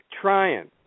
trying